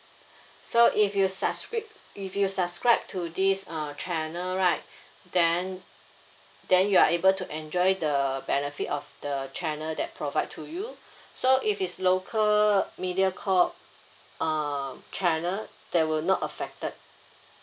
so if you subscribe if you subscribe to this uh channel right then then you are able to enjoy the benefit of the channel that provide to you so if it's local Mediacorp uh channel they will not affected